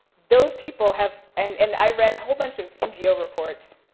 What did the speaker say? those people have, and and i read a whole bunch of ngo reports,